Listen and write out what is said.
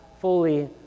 fully